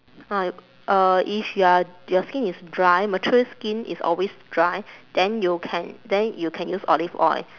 ah uh if you are your skin is dry mature skin is always dry then you can then you can use olive oil